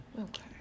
Okay